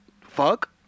fuck